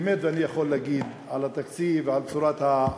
באמת, ואני יכול להגיד על התקציב ועל צורת החלוקה,